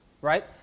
right